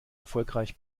erfolgreich